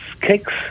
kicks